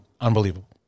Unbelievable